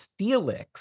steelix